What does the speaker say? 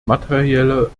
materielle